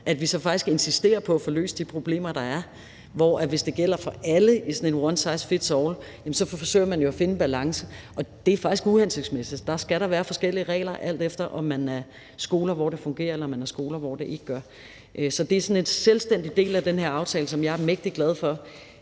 så vi rent faktisk insisterer på at få løst de problemer, der er. Hvorimod hvis det gælder for alle i sådan en one size fits all-model, forsøger man jo at finde en balance, og det er faktisk uhensigtsmæssigt. Der skal der være forskellige regler, alt efter om man er en skole, hvor det fungerer, eller man er en skole, hvor det ikke gør. Så det er sådan en selvstændig del af den her aftale, som jeg er mægtig glad for,